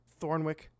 Thornwick